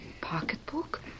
Pocketbook